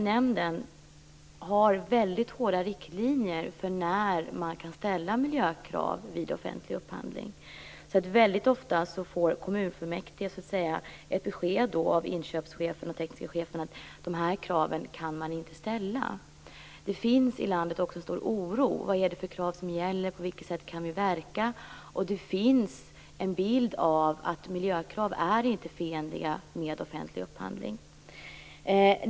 Nämnden har hårda riktlinjer för när man kan ställa miljökrav vid offentlig upphandling. Ofta får kommunfullmäktige ett besked av inköpschefen eller den tekniska chefen att man inte kan ställa de kraven. Det finns i landet också en stor oro. Vad är det för krav som gäller? På vilket sätt kan vi verka? Det finns en bild av att miljökrav inte är förenliga med offentlig upphandling.